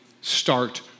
start